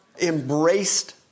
embraced